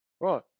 Right